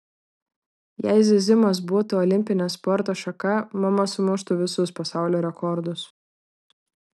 jei zyzimas būtų olimpinė sporto šaka mama sumuštų visus pasaulio rekordus